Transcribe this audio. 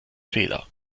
fehler